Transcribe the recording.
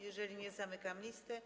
Jeżeli nie, zamykam listę.